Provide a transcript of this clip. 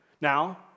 now